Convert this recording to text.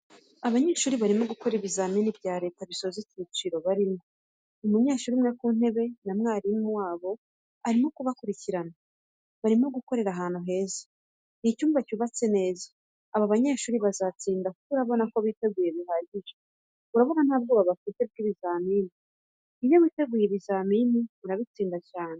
Abanyeshuri barimo gukora ibizamini bya Leta bisoza icyiciro, barimo umunyeshuri umwe ku ntebe na mwarimu wabo arimo kubakurikirana, barimo gukorera ahantu heza. Ni icyumba cyubatse neza, aba banyeshuri bazatsinda kuko urabona ko biteguye bihagije, urabona nta bwoba bafite bw'ibizamini. Iyo witeguye ibi bizamini urabitsinda cyane.